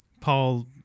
Paul